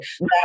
Now